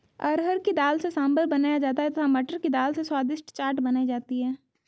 अरहर की दाल से सांभर बनाया जाता है तथा मटर की दाल से स्वादिष्ट चाट बनाई जाती है